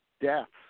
deaths